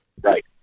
right